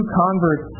convert